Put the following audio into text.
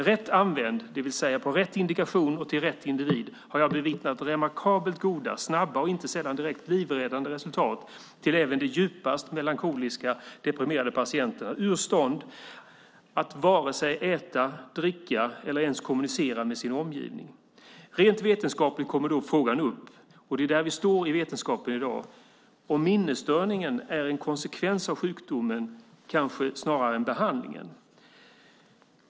Rätt använd, det vill säga på rätt indikation och till rätt individ, har jag bevittnat remarkabelt goda, snabba och inte sällan direkt livräddande resultat på även de djupast melankoliska deprimerade patienter ur stånd att vare sig äta, dricka eller ens kommunicera med sin omgivning. Rent vetenskapligt kommer då frågan upp, och det är där vi står i vetenskapen i dag, om minnesstörningen är en konsekvens av sjukdomen kanske snarare än behandlingen.